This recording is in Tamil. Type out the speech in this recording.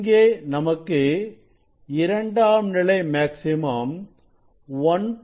இங்கே நமக்கு இரண்டாம் நிலை மேக்ஸிமம் 1